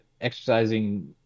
exercising